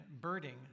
birding